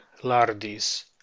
Lardis